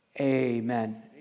Amen